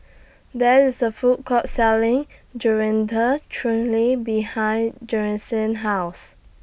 There IS A Food Court Selling Chutney behind House